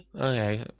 Okay